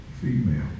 female